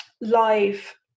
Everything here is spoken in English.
live